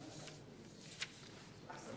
אדוני היושב-ראש,